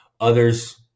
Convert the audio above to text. Others